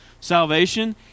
salvation